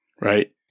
right